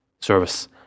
service